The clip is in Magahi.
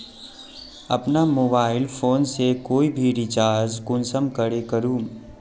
अपना मोबाईल फोन से कोई भी रिचार्ज कुंसम करे करूम?